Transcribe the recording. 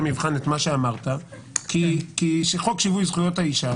מבחן את מה שאמרת כי חוק שיווי זכויות האישה